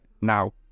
now